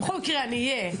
בכל מקרה, אני אהיה.